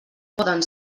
poden